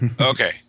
Okay